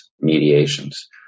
mediations